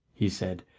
he said.